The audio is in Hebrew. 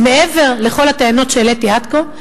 מעבר לכל הטענות שהעליתי עד כה,